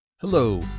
Hello